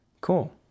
cool